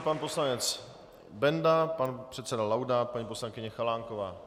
Pan poslanec Benda, pan předseda Laudát, paní poslankyně Chalánková.